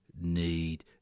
need